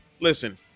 listen